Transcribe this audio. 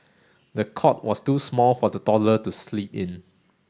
the cot was too small for the toddler to sleep in